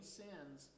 sins